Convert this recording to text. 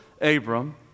Abram